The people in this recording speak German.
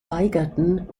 weigerten